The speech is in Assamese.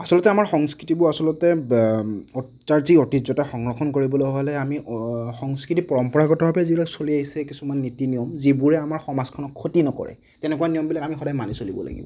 আচলতে আমাৰ সংস্কৃতিবোৰ আচলতে তাৰ যি ঐতিহ্যতা সংৰক্ষণ কৰিবলৈ হ'লে আমি সংস্কৃতি পৰম্পৰাগতভাৱে যিবিলাক চলি আহিছে কিছুমান নীতি নিয়ম যিবোৰে আমাৰ সমাজখনক ক্ষতি নকৰে তেনেকুৱা নিয়মবিলাক আমি সদায় মানি চলিব লাগিব